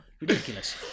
Ridiculous